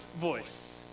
voice